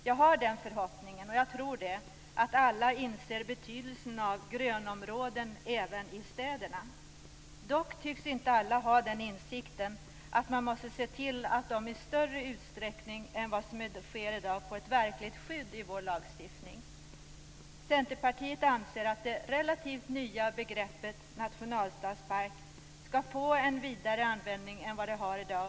Jag har förhoppningen, och jag tror, att alla inser betydelsen av grönområden även i städerna. Dock tycks inte alla ha insikten att man måste se till att de i större utsträckning än vad som sker i dag får ett verkligt skydd i vår lagstiftning. Centerpartiet anser att det relativt nya begreppet nationalstadspark skall få en vidare användning än vad det har i dag.